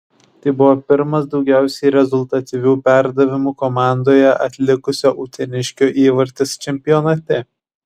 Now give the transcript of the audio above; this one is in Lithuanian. tai buvo pirmas daugiausiai rezultatyvių perdavimų komandoje atlikusio uteniškio įvartis čempionate